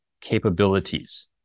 capabilities